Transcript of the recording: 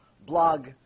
blog